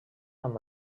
amb